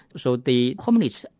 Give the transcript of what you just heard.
so the communists,